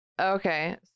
okay